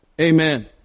Amen